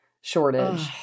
shortage